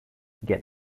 get